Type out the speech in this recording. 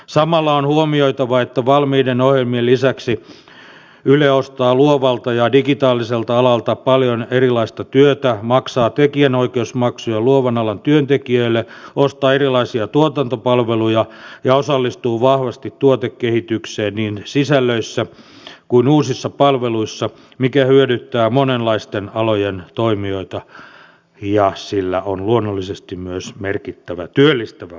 samalla on huomioitava että valmiiden ohjelmien lisäksi yle ostaa luovalta ja digitaaliselta alalta paljon erilaista työtä maksaa tekijänoikeusmaksuja luovan alan työntekijöille ostaa erilaisia tuotantopalveluja ja osallistuu vahvasti tuotekehitykseen niin sisällöissä kuin uusissa palveluissa mikä hyödyttää monenlaisten alojen toimijoita ja sillä on luonnollisesti myös merkittävä työllistävä vaikutus